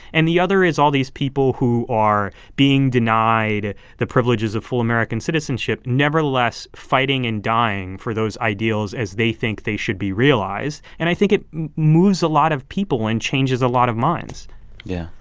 and the other is all these people who are being denied the privileges of full american citizenship nevertheless fighting and dying for those ideals as they think they should be realized. and i think it moves a lot of people and changes a lot of minds yeah.